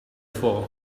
for